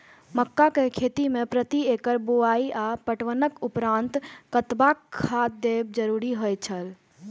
मक्का के खेती में प्रति एकड़ बुआई आ पटवनक उपरांत कतबाक खाद देयब जरुरी होय छल?